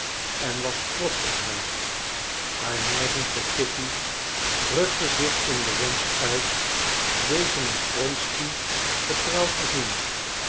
en was trotsch op haar haar neiging voor kitty drukte zich in den wensch uit deze met wronsky getrouwd te zien